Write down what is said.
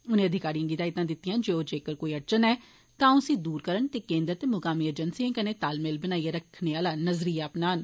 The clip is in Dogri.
उनें अधिकारिए गी हिदायतां दित्तियां जे ओ जेकर कोई अड़चन ऐ तां उसी दूर करन ते केन्द्र ते मकामी एजेंसिएं कन्नै तालमेल बनाई रक्खने आला नजरिया अपनान